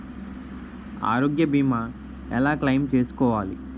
ఆరోగ్య భీమా ఎలా క్లైమ్ చేసుకోవాలి?